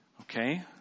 Okay